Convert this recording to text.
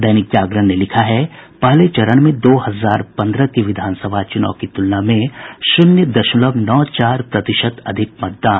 दैनिक जागरण ने लिखा है पहले चरण में दो हजार पन्द्रह के विधानसभा चुनाव की तुलना में शून्य दशमलव नौ चार प्रतिशत अधिक मतदान